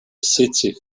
sétif